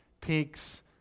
Peaks